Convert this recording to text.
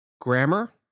grammar